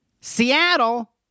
Seattle